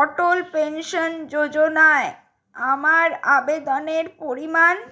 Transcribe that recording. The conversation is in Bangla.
অটল পেনশান যোজনায় আমার আবেদনের পরিমাণ